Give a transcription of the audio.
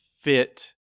fit